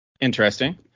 Interesting